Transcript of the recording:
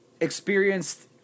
experienced